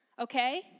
Okay